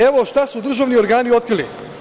Evo šta su državni organi otkrili.